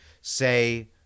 say